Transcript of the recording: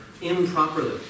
improperly